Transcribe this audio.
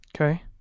okay